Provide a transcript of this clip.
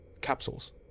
capsules